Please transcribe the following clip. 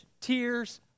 tears